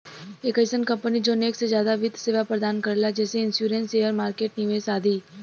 एक अइसन कंपनी जौन एक से जादा वित्त सेवा प्रदान करला जैसे इन्शुरन्स शेयर मार्केट निवेश आदि